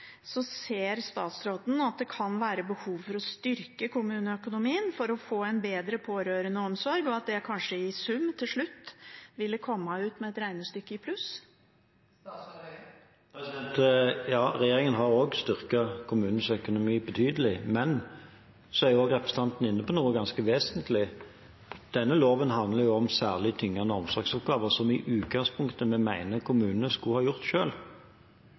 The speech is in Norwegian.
Ser statsråden at det kan være behov for å styrke kommuneøkonomien for å få en bedre pårørendeomsorg, og at det kanskje, i sum, til slutt ville kommet ut med et regnestykke i pluss? Ja, regjeringen har også styrket kommunenes økonomi betydelig, men representanten er inne på noe ganske vesentlig: Denne loven handler om særlig tyngende omsorgsoppgaver, som vi i utgangspunktet mener kommunene skulle ha gjort